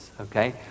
okay